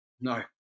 No